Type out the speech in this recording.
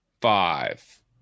five